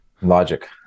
Logic